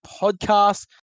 podcast